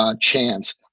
chance